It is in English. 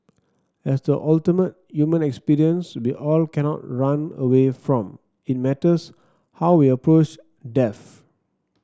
as the ultimate human experience we all cannot run away from it matters how we approach death